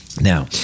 Now